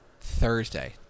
Thursday